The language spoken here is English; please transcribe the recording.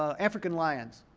ah african lions,